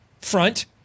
front